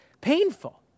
painful